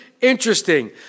interesting